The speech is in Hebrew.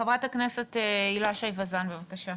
חברת הכנסת הילה שי ואזן, בבקשה.